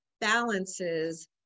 balances